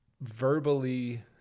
verbally